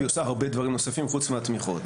היא עושה הרבה דברים נוספים חוץ מהתמיכות.